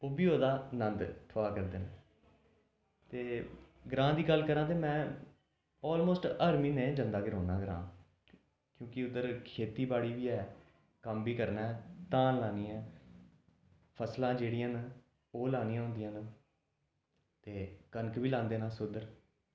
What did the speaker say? उब्भी ओह्दा नंद ठोआ करदे न ते ग्रांऽ दी गल्ल करां ते में आलमोस्ट हर म्हीने जंदा गै रौह्न्नां ग्रांऽ क्योंकि उद्धर खेतीबाड़ी बी ऐ कम्म बी करना धान लानी ऐ फसलां जेह्ड़ियां न ओह् लानियां होंदियां न ते कनक बी लांदे न अस उद्धर